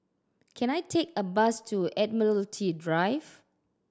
can I take a bus to Admiralty Drive